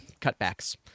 cutbacks